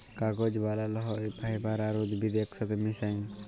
কাগজ বালাল হ্যয় ফাইবার আর উদ্ভিদ ইকসাথে মিশায়